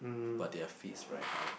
but their fees very high